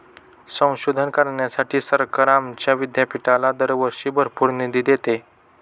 संशोधन करण्यासाठी सरकार आमच्या विद्यापीठाला दरवर्षी भरपूर निधी देते